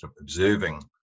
observing